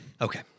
Okay